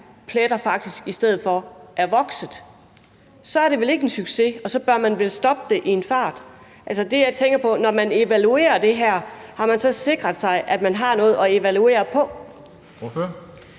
pletter faktisk i stedet for er vokset, så er det vel ikke en succes, og så bør man vel stoppe det i en fart. Altså, det, jeg tænker på, er: Når man evaluerer det her, har man så sikret sig, at man har noget at evaluere på?